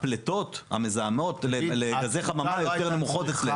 הפלטות המזהמות לגזי חממה יותר נמוכות אצלנו.